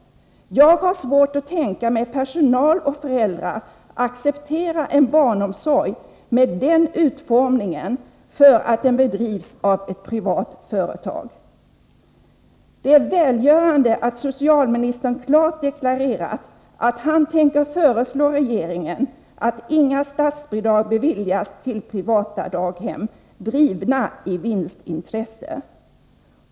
Jag har svårt att tänka mig personal och föräldrar acceptera en barnomsorg med den utformningen för att den bedrivs av ett privat företag. Det är välgörande att socialministern klart deklarerat att han tänker föreslå regeringen att inga statsbidrag beviljas till privata daghem drivna i vinstintresse.